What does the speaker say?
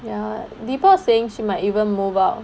ya dipak saying she might even move out